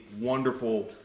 wonderful